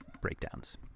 breakdowns